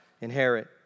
inherit